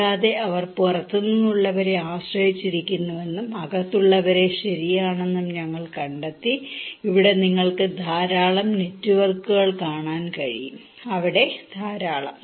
കൂടാതെ അവർ പുറത്തുനിന്നുള്ളവരെ ആശ്രയിച്ചിരിക്കുന്നുവെന്നും അകത്തുള്ളവരെ ശരിയാണെന്നും ഞങ്ങൾ കണ്ടെത്തി ഇവിടെ നിങ്ങൾക്ക് ധാരാളം നെറ്റ്വർക്കുകൾ കാണാൻ കഴിയും അവിടെ ധാരാളം